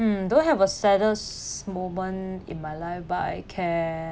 um don't have a saddest moment in my life but I can